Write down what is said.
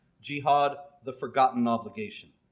jihad the forgotten obligation,